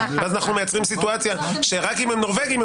ואז אנחנו מייצרים סיטואציה שרק אם הם נורבגים,